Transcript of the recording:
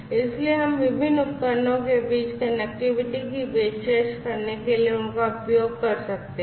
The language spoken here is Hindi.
इसलिए हम विभिन्न उपकरणों के बीच कनेक्टिविटी की पेशकश करने के लिए उनका उपयोग कर सकते हैं